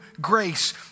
grace